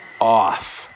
off